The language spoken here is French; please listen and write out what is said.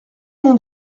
mon